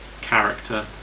character